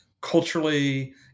culturally